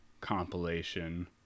compilation